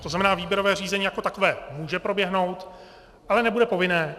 To znamená, výběrové řízení jako takové může proběhnout, ale nebude povinné.